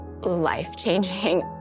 life-changing